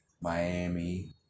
Miami